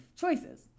choices